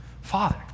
father